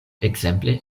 ekzemple